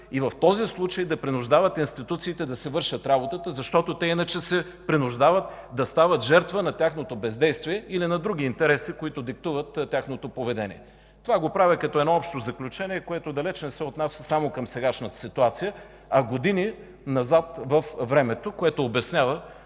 и в този случай да принуждават институциите да вършат работа, защото иначе се принуждават да стават жертва на тяхното бездействие или на други интереси, които диктуват тяхното поведение. Това правя като общо заключение, което далеч не се отнася само до сегашната ситуация, а за години назад във времето и обяснява